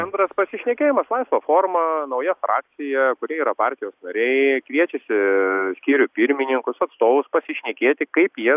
antras pasišnekėjimas laisva forma nauja frakcijoje kurie jie yra partijos nariai kviečiasi skyrių pirmininkus atstovus pasišnekėti kaip jie